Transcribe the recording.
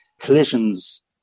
collisions